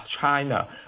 China